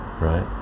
right